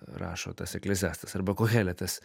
rašo tas ekleziastas arba koheletas